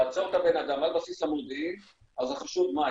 לעצור בן אדם על בסיס המודיעין, אז החשוד מה?